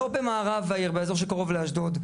לא במערב העיר באזור שקרוב לאשדוד.